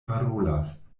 parolas